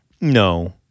No